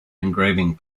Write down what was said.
engraving